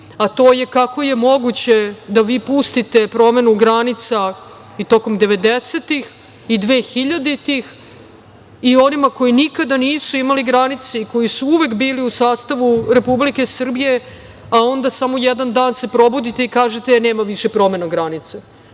a to je - kako je moguće da vi pustite promenu granica i tokom 90-ih i 2000 i onima koji nikada nisu imali granice i koji su uvek bili u sastavu Republike Srbije, a onda samo jedan dan se probudite i kažete - e, nema više promene granica. Mi